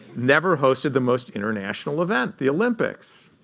never hosted the most international event, the olympics?